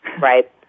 Right